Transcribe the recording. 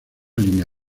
línea